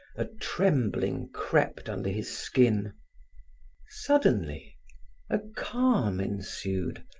a trembling crept under his skin suddenly a calm ensued,